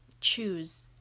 choose